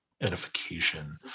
edification